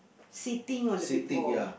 sitting on the big ball